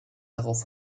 darauf